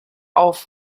auf